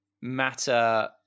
matter